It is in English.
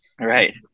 Right